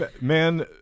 man